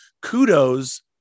kudos